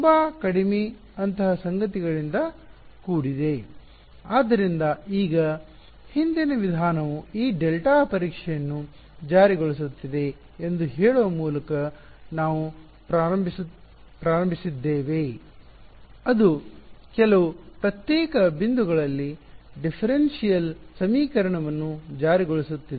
ತುಂಬಾ ಕಡಿಮೆ ಅಂತಹ ಸಂಗತಿಗಳಿಂದ ಕೂಡಿದೆ ಆದ್ದರಿಂದ ಈಗ ಹಿಂದಿನ ವಿಧಾನವು ಈ ಡೆಲ್ಟಾ ಪರೀಕ್ಷೆಯನ್ನು ಜಾರಿಗೊಳಿಸುತ್ತಿದೆ ಎಂದು ಹೇಳುವ ಮೂಲಕ ನಾವು ಪ್ರಾರಂಭಿಸಿದ್ದೇವೆ ಅದು ಕೆಲವು ಪ್ರತ್ಯೇಕ ಬಿಂದುಗಳಲ್ಲಿ ಭೇದಾತ್ಮಕ ಡಿಫರೆನ್ಶಿಯಲ್ ಸಮೀಕರಣವನ್ನು ಜಾರಿಗೊಳಿಸುತ್ತಿದೆ